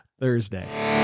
Thursday